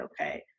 okay